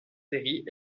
série